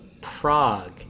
Prague